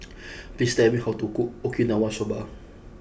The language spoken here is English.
please tell me how to cook Okinawa Soba